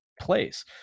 place